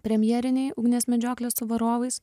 premjeriniai ugnies medžioklės su varovais